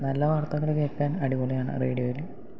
നല്ല വാർത്തകൾ കേൾക്കാൻ അടിപൊളിയാണ് റേഡിയോയിൽ